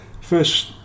First